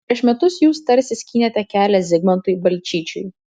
prieš metus jūs tarsi skynėte kelią zigmantui balčyčiui